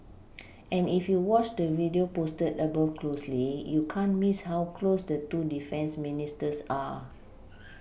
and if you watch the video posted above closely you can't Miss how close the two defence Ministers are